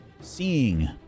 seeing